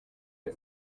ati